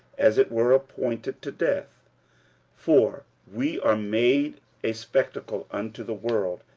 as it were appointed to death for we are made a spectacle unto the world,